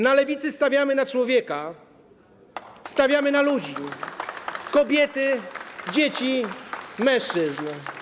Na lewicy stawiamy na człowieka, stawiamy na ludzi, kobiety, dzieci, mężczyzn.